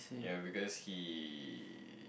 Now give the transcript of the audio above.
ya because he